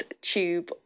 tube